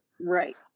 Right